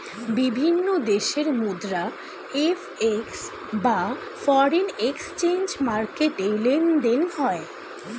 বিভিন্ন দেশের মুদ্রা এফ.এক্স বা ফরেন এক্সচেঞ্জ মার্কেটে লেনদেন হয়